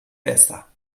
besser